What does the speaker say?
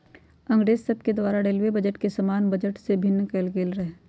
अंग्रेज सभके द्वारा रेलवे बजट के सामान्य बजट से भिन्न कएल गेल रहै